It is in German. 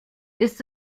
ist